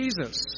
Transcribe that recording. Jesus